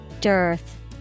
Dearth